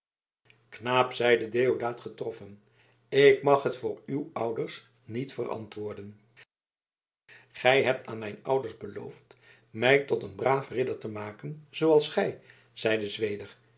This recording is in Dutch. knaap zeide deodaat getroffen ik mag het voor uw ouders niet verantwoorden gij hebt aan mijn ouders beloofd mij tot een braaf ridder te maken zooals gij zeide zweder